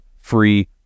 free